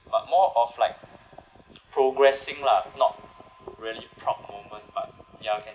but more of like progressing lah not really proud moment but ya can